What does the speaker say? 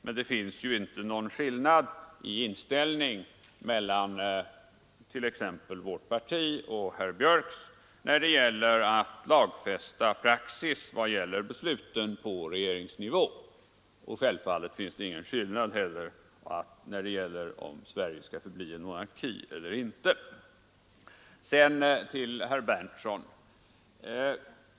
Men det finns ju inte någon skillnad i inställning mellan t.ex. vårt parti och herr Björcks när det gäller att lagfästa praxis i vad avser besluten på regeringsnivå. Självfallet finns det inte heller någon skillnad när det gäller huruvida Sverige skall förbli en monarki eller inte. Sedan till herr Berndtson.